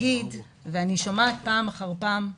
אני שומעת פעם אחר פעם את